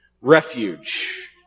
refuge